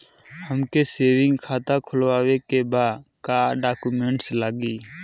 हमके सेविंग खाता खोलवावे के बा का डॉक्यूमेंट लागी?